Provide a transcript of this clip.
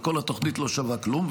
וכל התוכנית לא שווה כלום.